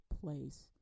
place